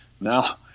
Now